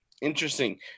interesting